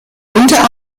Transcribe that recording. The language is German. unter